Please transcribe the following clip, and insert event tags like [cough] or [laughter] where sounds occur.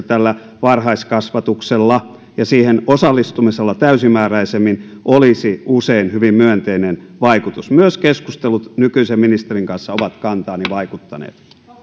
[unintelligible] tällä varhaiskasvatuksella ja siihen osallistumisella täysimääräisemmin olisi usein hyvin myönteinen vaikutus myös keskustelut nykyisen ministerin kanssa ovat kantaani vaikuttaneet